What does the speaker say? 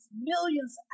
millions